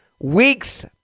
weeks